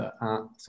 un